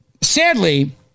Sadly